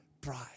pride